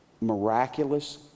miraculous